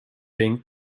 being